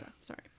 sorry